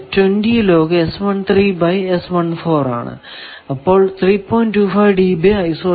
25 dB isolation